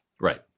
Right